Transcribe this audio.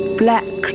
black